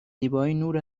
نور